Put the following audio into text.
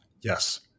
Yes